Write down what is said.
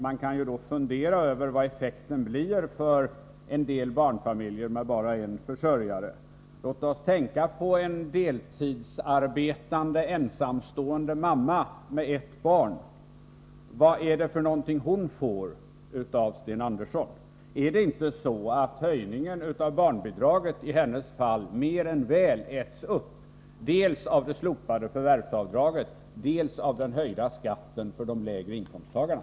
Man kan då fundera över vad effekten blir för en del barnfamiljer med bara en 41 försörjare. Låt oss tänka på en deltidsarbetande ensamstående mamma med ett barn. Vad är det hon får av Sten Andersson? Är det inte så att det höjda barnbidraget i hennes fall mer än väl äts upp dels av det slopade förvärvsavdraget, dels av den höjda skatten för de lägre inkomsttagarna?